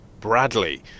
Bradley